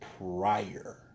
prior